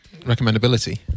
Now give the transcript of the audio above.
recommendability